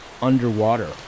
Underwater